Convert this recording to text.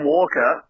Walker